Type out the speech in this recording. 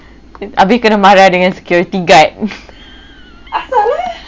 habis kena marah dengan security guard